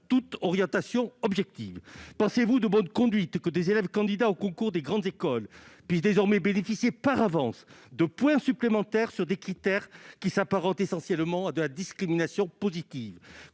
toute orientation objective ? Estimez-vous de bonne conduite que des élèves candidats aux concours des grandes écoles puissent désormais bénéficier, par avance, de points supplémentaires sur des critères qui s'apparentent essentiellement à de la discrimination positive ?